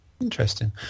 Interesting